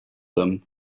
them